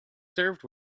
served